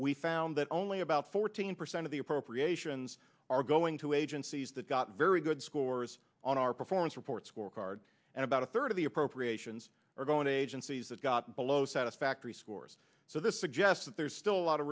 we found that only about fourteen percent of the appropriations are going to agencies that got very good scores on our performance report scorecard and about a third of the appropriations are going to agencies that got below satisfactory scores so this suggests that there's still a lot of